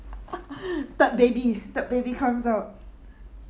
third babies third baby comes out